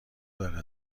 داره